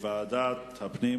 בעד, 12, נגד,